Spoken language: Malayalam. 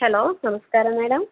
ഹലോ നമസ്കാരം മേഡം